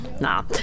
nah